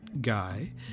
guy